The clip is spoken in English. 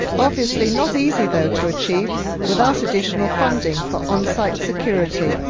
obviously not easy though to achieve without additional funding for on-site security.